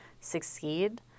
succeed